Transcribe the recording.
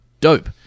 dope